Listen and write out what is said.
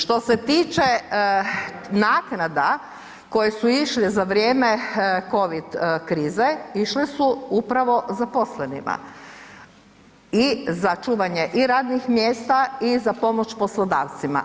Što se tiče naknada koje su išle za vrijeme covid krize, išle su upravo zaposlenima i za čuvanje radnih mjesta i za pomoć poslodavcima.